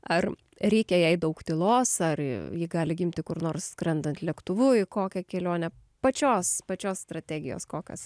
ar reikia jai daug tylos ar ji gali gimti kur nors skrendant lėktuvu į kokią kelionę pačios pačios strategijos kokios